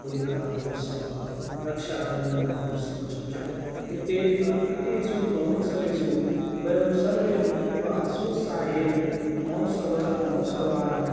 होलिकामहोत्सवः रक्षाबन्धनमहोत्सवश्च एते एतेषु महोत्सवेषु वयं सर्वे मिलित्वा सोत्साहेन महोत्सव महोत्सवानां